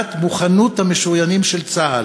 מבחינת מוכנות המשוריינים של צה"ל.